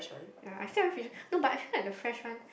ya I still haven't finished no but I heard had the fresh one